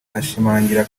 ashimangira